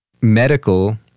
medical